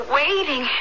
waiting